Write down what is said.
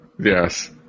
Yes